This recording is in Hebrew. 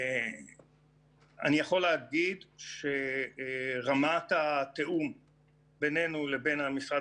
אני יכול להגיד שרמת התיאום בינינו לבין המשרד